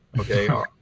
okay